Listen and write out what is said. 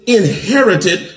inherited